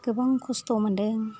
गोबां खस्थ' मोन्दों